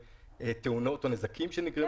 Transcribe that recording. תאונות או נזקים שנגרמו לרכב.